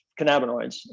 cannabinoids